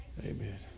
Amen